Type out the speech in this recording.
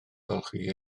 golchi